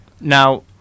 Now